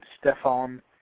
Stefan